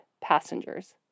passengers